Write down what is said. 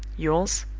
yours,